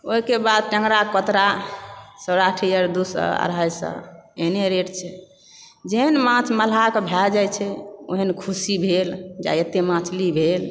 ओहिके बाद टेंगरा पतरा सौराठी आर दू सए अढ़ाई सए एहने रेट छै जहन माछ मल्लाहके भए जाइ छै ओहेन खुशी भेल जे आइ एतय मछली भेल